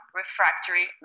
refractory